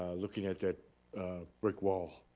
looking at that brick wall